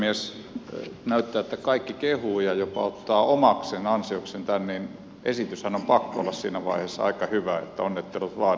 kun näyttää siltä että kaikki kehuvat ja jopa ottavat omaksi ansiokseen tämän niin esityksenhän on pakko olla siinä vaiheessa aika hyvä että onnittelut vain ministerille